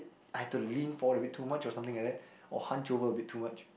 I had to lean forward a bit too much or something like that or hunch over a bit too much